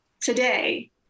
today